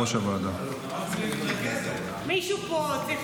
שנייה ובקריאה שלישית, הצעת